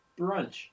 Brunch